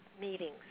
meetings